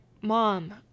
mom